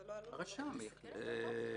אני,